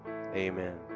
Amen